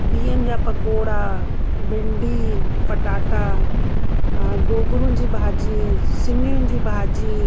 बिहनि जा पकोड़ा भिंडी पटाटा गोगिड़ुनि जी भाॼी सिङियुनि जी भाॼी